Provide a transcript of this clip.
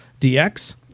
DX